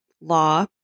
Law